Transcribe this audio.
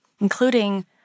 including